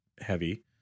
heavy